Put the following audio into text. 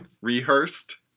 Rehearsed